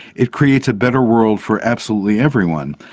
it creates a better world for absolutely everyone.